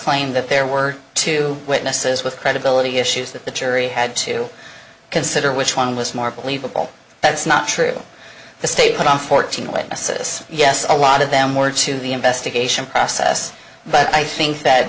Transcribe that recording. that there were two witnesses with credibility issues that the jury had to consider which one was more believable that's not true the state put on fourteen away asus yes a lot of them were to the investigation process but i think that